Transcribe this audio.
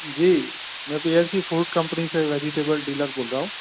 जी मैं P M C food company से vegetable dealer बोल रहा हूँ